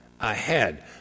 ahead